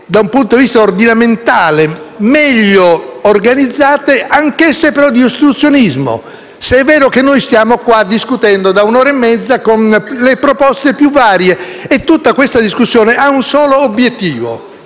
da un punto di vista ordinamentale meglio organizzate, ma anch'esse di ostruzionismo, se è vero che stiamo discutendo da un'ora e mezza delle proposte più varie. Tutta questa discussione ha un solo obiettivo: